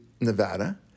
Nevada